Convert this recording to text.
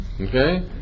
Okay